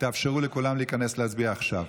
תאפשרו לכולם להיכנס להצביע עכשיו.